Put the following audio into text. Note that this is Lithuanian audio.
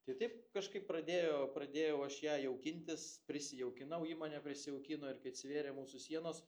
tai taip kažkaip pradėjo pradėjau aš ją jaukintis prisijaukinau ji mane prisijaukino ir kai atsivėrė mūsų sienos